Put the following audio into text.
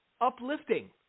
uplifting